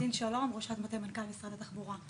פנינה סין שלום, ראשת מטה מנכ"ל משרד התחבורה.